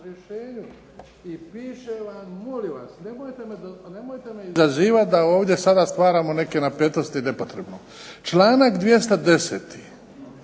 i piše vam, molim vas. Nemojte me izazivati da ovdje sada stvaramo neke napetosti nepotrebno. Članak 210.